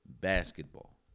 basketball